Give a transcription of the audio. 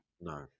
No